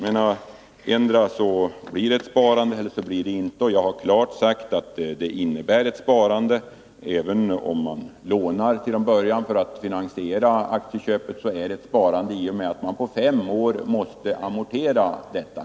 Antingen blir det ett sparande eller också blir det inte något sådant. Jag har klart sagt att utnyttjande av lånemöjligheterna för aktieförvärv innebär ett sparande. Även om man till en början lånar för att finansiera aktieköpet, är det ett sparande i och med att man på fem år måste amortera lånet.